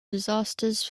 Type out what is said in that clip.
disasters